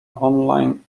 online